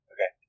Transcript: Okay